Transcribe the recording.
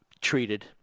treated